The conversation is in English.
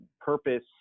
purpose